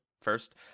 first